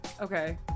Okay